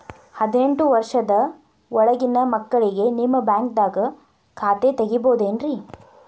ಹದಿನೆಂಟು ವರ್ಷದ ಒಳಗಿನ ಮಕ್ಳಿಗೆ ನಿಮ್ಮ ಬ್ಯಾಂಕ್ದಾಗ ಖಾತೆ ತೆಗಿಬಹುದೆನ್ರಿ?